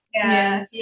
Yes